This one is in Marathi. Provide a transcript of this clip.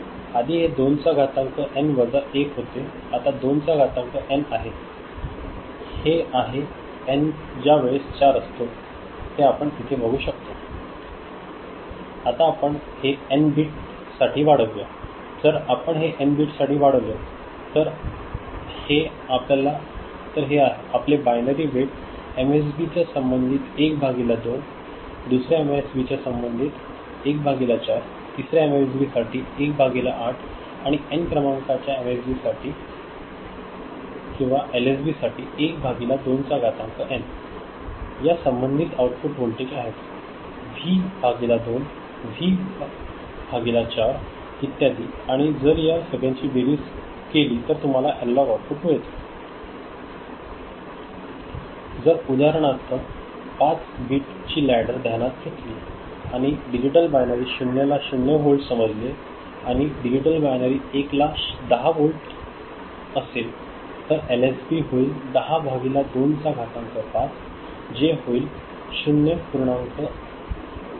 आधी हे 2 चा घातांक एन वजा 1 होते आता 2 चा घातांक एन आहे हे आहे एन ज्या वेळेस 4 असतो जे आपण इथे बघू शकतो आता आपण हे एन बीट साठी वाढवूया जर आपण हे एन बीट साठी वाढवले तर हे आहे आपले binary weight M S B च्या संबंधित 1 भागिले 2 दुसर्या एम एस बी साठी 1 भागिले 4 तिसर्या एम एस बी साठी 1 भागिले 8 आणि एन क्रमांकाच्या एम एस बी किंवा एल एस बी साठी 1 भागिले 2 चा घातांक एन आणि संबंधित आउटपुट व्होल्टेज आहेत व्ही भागिले 2 व्ही भागिले 4 इत्यादी आणि जर या सगळ्यांची बेरीज केली तर तुम्हाला अॅनालॉग आउटपुट मिळते जर उदाहरणार्थ आपण 5 बीट चि लॅडर ध्यानात घेतली आणि डिजिटल बायनरी 0 ला 0 वोल्ट समजले आणि डिजिटल बायनरी 1 ला 10 वोल्ट असेल तर एल एस बी होईल 10 भागिले 2 चा घातांक 5 जे होईल 0